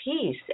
peace